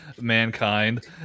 mankind